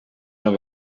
jean